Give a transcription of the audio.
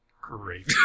great